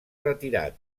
retirat